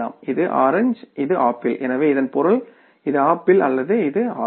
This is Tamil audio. இது ஆரஞ்சு இது ஆப்பிள் எனவே இதன் பொருள் இது ஆப்பிள் அல்லது இது ஆரஞ்சு